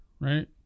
right